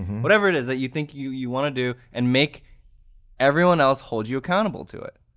whatever it is that you think you you want to do and make everyone else hold you accountable to it.